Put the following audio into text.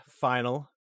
final